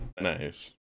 Nice